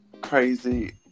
Crazy